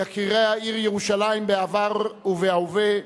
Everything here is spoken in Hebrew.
יקירי העיר ירושלים בעבר ובהווה,